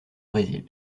brésil